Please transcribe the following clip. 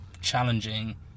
challenging